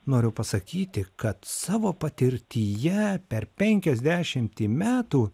noriu pasakyti kad savo patirtyje per penkiasdešimtį metų